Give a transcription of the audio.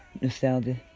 Nostalgia